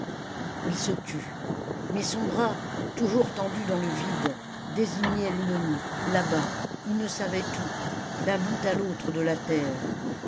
il se tut mais son bras toujours tendu dans le vide désignait l'ennemi là-bas il ne savait où d'un bout à l'autre de la terre